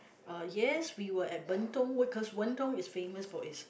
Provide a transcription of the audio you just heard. uh yes we were at Bentong because Wen Dong is famous for its